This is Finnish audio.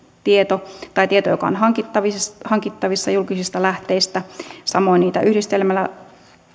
tieto tai tieto joka on hankittavissa hankittavissa julkisista lähteistä ja samoin niitä yhdistelemällä